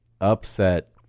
upset